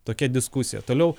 tokia diskusija toliau